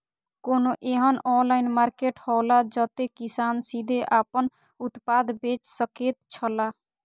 कोनो एहन online market हौला जते किसान सीधे आपन उत्पाद बेच सकेत छला?